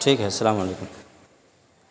ٹھیک ہے ال سسلام علیکم